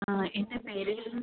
ആ എൻ്റെ പേര്